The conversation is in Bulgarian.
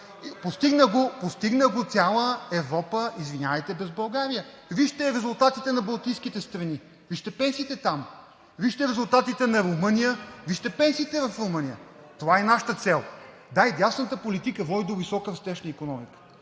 Постигна го цяла Европа, извинявайте, без България. Вижте резултатите на балтийските страни, вижте пенсиите там. Вижте резултатите на Румъния, вижте пенсиите в Румъния. Това е нашата цел. Да, и дясната политика води до висок растеж на икономиката